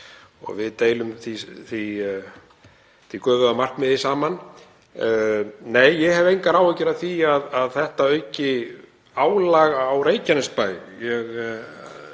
og við deilum því göfuga markmiði. Nei, ég hef engar áhyggjur af því að þetta auki álag á Reykjanesbæ.